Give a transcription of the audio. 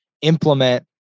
implement